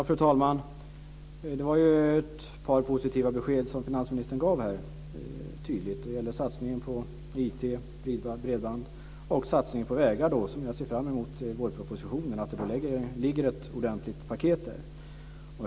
Fru talman! Det var ett par positiva besked som finansministern tydligt gav här. Det gällde satsningen på IT och bredband och satsningen på vägar, som jag ser fram emot i vårpropositionen. Jag ser fram emot att det ligger ett ordentligt paket där.